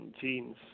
genes